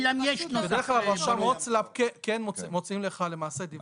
בדרך כלל רשם הוצל"פ כן מוציאים לך, למעשה, דיווח.